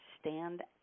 Stand